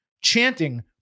chanting